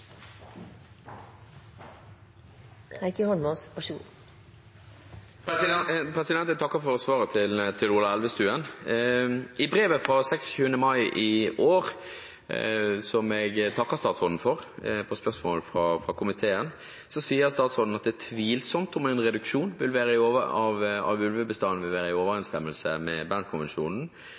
Jeg takker for svaret til Ola Elvestuen. I brevet av 26. mai i år, som jeg takker statsråden for, skriver han på spørsmål fra komiteen at det er tvilsomt om en reduksjon av ulvebestanden vil være i overensstemmelse med Bern-konvensjonen. Han slår også fast at det målet som vedtas i dag, vil senke bestanden noe i